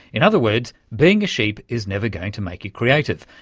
in other words, being a sheep is never going to make you creative.